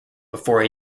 before